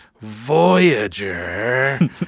Voyager